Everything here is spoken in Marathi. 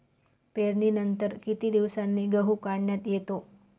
पेरणीनंतर किती दिवसांनी गहू काढण्यात येतो?